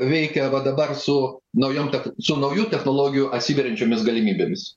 veikia va dabar su naujom tech su naujų technologijų atsiveriančiomis galimybėmis